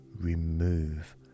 Remove